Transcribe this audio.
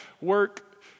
work